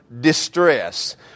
distress